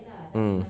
mm